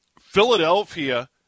Philadelphia